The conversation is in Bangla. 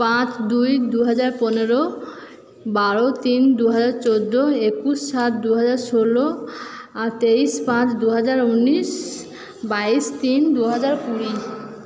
পাঁচ দুই দুহাজার পনেরো বারো তিন দুহাজার চৌদ্দ একুশ সাত দুহাজার ষোলো তেইশ পাঁচ দুহাজার উনিশ বাইশ তিন দুহাজার কুড়ি